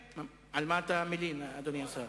מה אתה מלין, אדוני היושב-ראש?